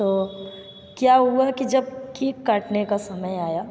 तो क्या हुआ कि जब केक काटने का समय आया